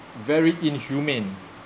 very inhumane